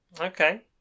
Okay